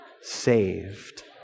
saved